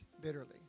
bitterly